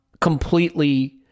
completely